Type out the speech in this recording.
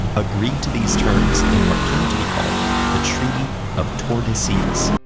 agreed to these terms in what came to be called the treaty of tordesillas.